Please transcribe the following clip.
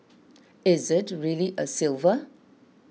is it really a silver